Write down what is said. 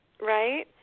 Right